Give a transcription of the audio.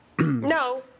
No